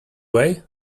way